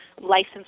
licensed